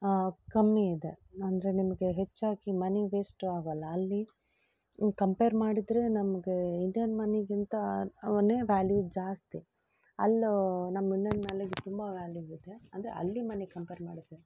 ಕಮ್ಮಿ ಇದೆ ಅಂದರೆ ನಿಮಗೆ ಹೆಚ್ಚಾಗಿ ಮನಿ ವೇಸ್ಟು ಆಗಲ್ಲ ಅಲ್ಲಿ ಕಂಪೇರ್ ಮಾಡಿದರೆ ನಮಗೆ ಇಂಡಿಯನ್ ಮನಿಗಿಂತನೇ ವ್ಯಾಲ್ಯೂ ಜಾಸ್ತಿ ಅಲ್ಲೂ ನಮ್ಮ ಇಂಡಿಯನ್ ತುಂಬ ವ್ಯಾಲ್ಯೂ ಇದೆ ಅಂದರೆ ಅಲ್ಲಿ ಮನಿಗೆ ಕಂಪೇರ್ ಮಾಡಿದೆ